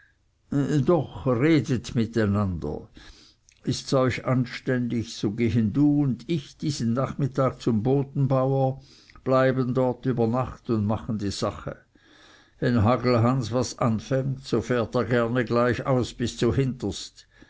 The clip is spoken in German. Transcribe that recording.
doch redet mit einander ists euch anständig so gehen du und ich diesen nachmittag zum bodenbauer bleiben dort über nacht und machen die sache wenn hagelhans was anfängt so fährt er gerne gleich aus bis zhinterst